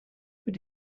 but